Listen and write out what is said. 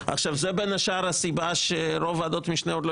בין השאר זאת הסיבה שרוב ועדות המשנה עוד לא